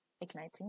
igniting